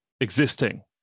existing